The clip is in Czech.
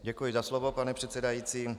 Děkuji za slovo, pane předsedající.